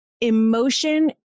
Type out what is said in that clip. emotion